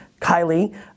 Kylie